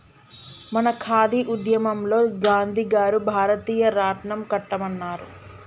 మన ఖాదీ ఉద్యమంలో గాంధీ గారు భారతీయ రాట్నం కట్టమన్నారు